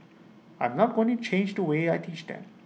I'm not going to change the way I teach them